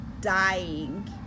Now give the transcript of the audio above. dying